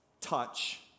Touch